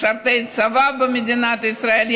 משרתי צבא במדינת ישראל,